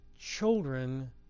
children